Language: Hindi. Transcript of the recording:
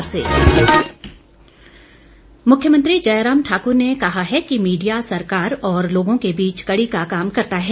मुख्यमंत्री मुख्यमंत्री जयराम ठाकुर ने कहा है कि मीडिया सरकार और लोगों के बीच कड़ी का काम करता है